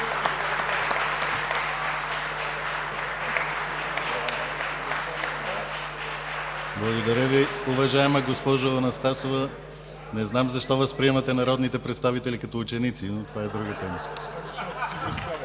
Благодаря Ви, уважаема госпожо Анастасова. Не знам защо възприемате народните представители като ученици, но това е друга тема.